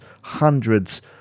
hundreds